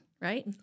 right